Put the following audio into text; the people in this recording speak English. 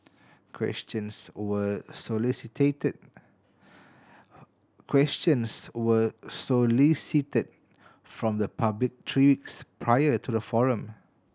questions were solicited questions were solicited from the public three weeks prior to the forum